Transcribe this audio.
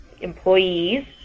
employees